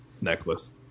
Necklace